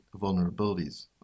vulnerabilities